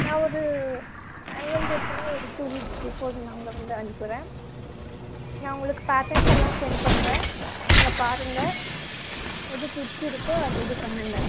நான் ஒரு annual day இருக்குன்னா ஒரு டூ வீக்ஸ் பிஃபோர் நான் அங்கே வந்து அனுப்புறேன் நான் உங்களுக்கு பேட்டர்ன்ஸ் எல்லாம் சென்ட் பண்ணுறன் நீங்கள் பாருங்கள் எது பிடிச்சிருக்கோ அதை இது பண்ணுங்கள்